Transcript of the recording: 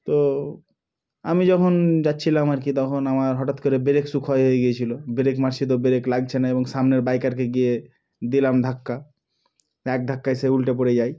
তো আমি যখন যাচ্ছিলাম আর কি তখন আমার হঠাৎ করে ব্রেক শ্যু ক্ষয় হয়ে গিয়েছিল ব্রেক মারছি তো ব্রেক লাগছে না এবং সামনের বাইকারকে গিয়ে দিলাম ধাক্কা এক ধাক্কায় সে উলটে পড়ে যায়